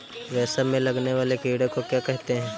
रेशम में लगने वाले कीड़े को क्या कहते हैं?